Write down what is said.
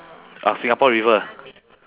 uh singapore river